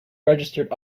registered